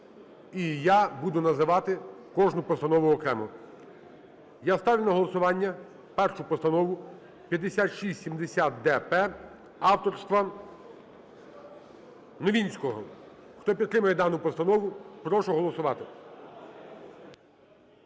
і я буду називати кожну постанову окремо. Я ставлю на голосування першу постанову 5670-д-П авторства Новинського. Хто підтримує дану постанову, прошу голосувати.